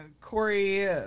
Corey